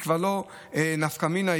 היא כבר לא נפקא מינה,